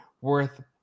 worth